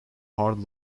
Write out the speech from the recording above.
hard